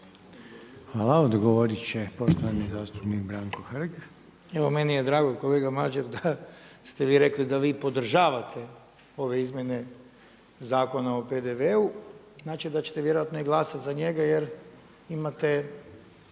Hvala. Odgovorit će poštovani zastupnik Branko Hrg.